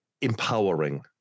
empowering